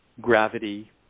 gravity